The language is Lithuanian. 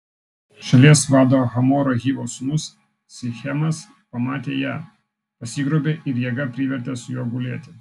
šalies vado hamoro hivo sūnus sichemas pamatė ją pasigrobė ir jėga privertė su juo gulėti